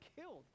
killed